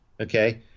okay